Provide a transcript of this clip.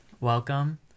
welcome